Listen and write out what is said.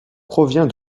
provient